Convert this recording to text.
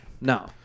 No